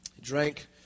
drank